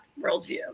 worldview